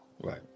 Right